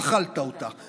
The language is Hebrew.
אכלת אותה.